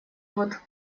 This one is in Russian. вот